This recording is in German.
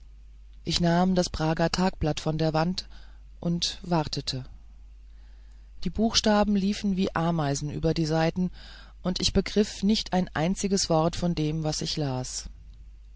ich nahm das prager tagblatt von der wand und wartete die buchstaben liefen wie ameisen über die seiten und ich begriff nicht ein einziges wort von dem was ich las